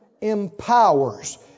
empowers